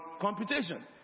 computation